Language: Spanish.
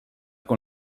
con